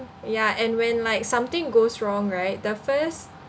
yeah and when like something goes wrong right the first